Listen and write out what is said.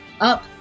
up